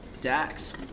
Dax